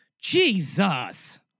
Jesus